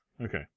Okay